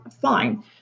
fine